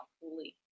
fully